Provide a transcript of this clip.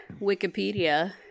wikipedia